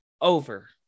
over